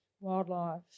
wildlife